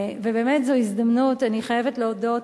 ובאמת זו הזדמנות, אני חייבת להודות